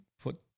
put